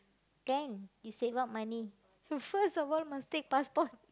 can you save up money first of all must take passport